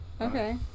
Okay